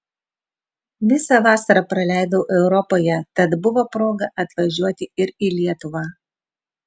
visą vasarą praleidau europoje tad buvo proga atvažiuoti ir į lietuvą